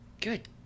Good